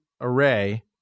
array –